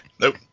Nope